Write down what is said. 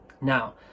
Now